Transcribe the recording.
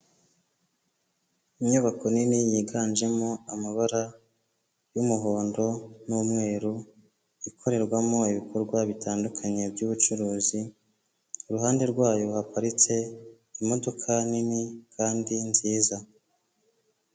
Inyubako nini yiganjemo amabara y'umuhondo n'umweru, ikorerwamo ibikorwa bitandukanye by'ubucuruzi, iruhande rwayo haparitse imodoka nini kandi nziza.